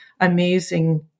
amazing